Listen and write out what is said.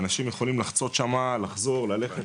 אנשים יכולים לחצות חופשי - לחזור וללכת,